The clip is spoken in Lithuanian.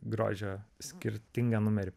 grožio skirtingą numerį